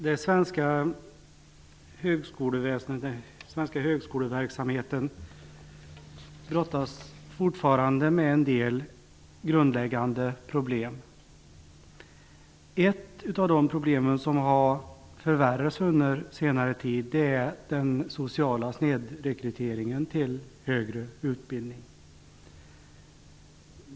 Herr talman! Den svenska högskoleverksamheten brottas fortfarande med en del grundläggande problem. Ett av de problem som har förvärrats under senare tid är den sociala snedrekryteringen till högre utbildning.